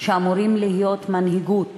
שאמורים להיות מנהיגות,